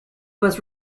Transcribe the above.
was